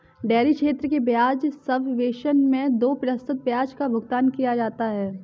dairy क्षेत्र के ब्याज सबवेसन मैं दो प्रतिशत ब्याज का भुगतान किया जाता है